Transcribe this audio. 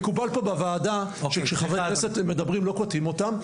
מקובל פה בוועדה שכשחברי כנסת מדברים לא קוטעים אותם,